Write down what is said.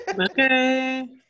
okay